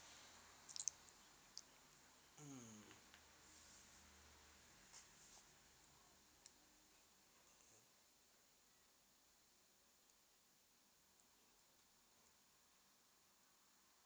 mm